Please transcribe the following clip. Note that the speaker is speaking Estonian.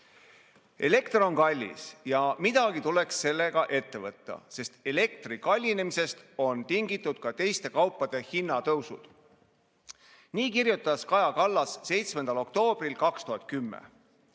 "Elekter on kallis ja midagi tuleks sellega ette võtta, sest elektri kallinemisest on tingitud ka teiste kaupade hinnatõusud." Nii kirjutas Kaja Kallas 7. oktoobril 2010.